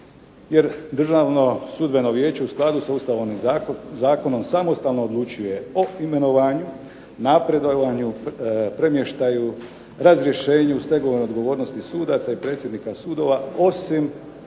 jer "Državno sudbeno vijeće u skladu sa Ustavom i zakonom samostalno odlučuje o imenovanju, napredovanju, premještaju, razrješenju stegovne odgovornosti sudaca i predsjednika sudova, osim